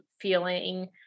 feeling